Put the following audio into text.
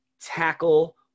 tackle